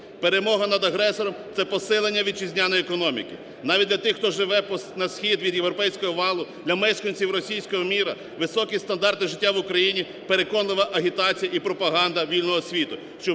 Перемога над агресором – це посилення вітчизняної економіки. Навіть для тих, хто живе на схід від "Європейського валу", для мешканців "російського міра" високі стандарти життя в Україні – переконлива агітація і пропаганда вільного світу,